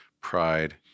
pride